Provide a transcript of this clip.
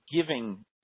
giving